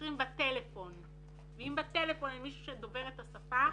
מתקשרים בטלפון ואם בטלפון אין מישהו שדובר את השפה,